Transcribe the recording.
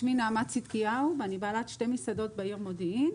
שמי נעמה צדקיהו ואני בעלת שתי מסעדות בעיר מודיעין,